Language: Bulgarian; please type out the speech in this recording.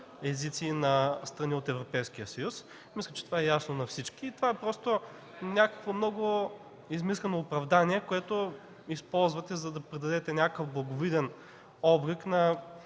езици на страни от Европейския съюз. Мисля, че това е ясно на всички. Това е просто някакво много измислено оправдание, което използвате, за да придадете някакъв благовиден облик на